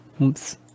Oops